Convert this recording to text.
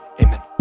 Amen